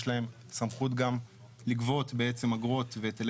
יש להם סמכות גם לגבות בעצם אגרות והיטלי